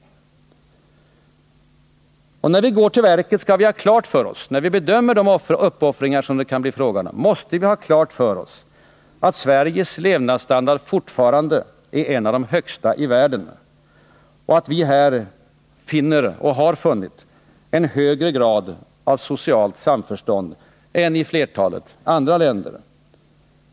Och när vi går till verket och bedömer de uppoffringar som det kan bli fråga om måste vi ha klart för oss att Sveriges levnadsstandard fortfarande är en av de högsta i världen och att vi här finner och har funnit en högre grad av socialt samförstånd än i flertalet andra länder.